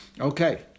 Okay